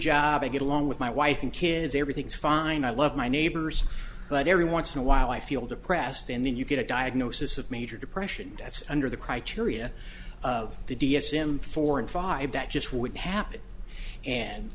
job i get along with my wife and kids everything's fine i love my neighbors but every once in a while i feel depressed and then you get a diagnosis of major depression that's under the criteria of the d s m four and five that just wouldn't happen and